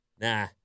nah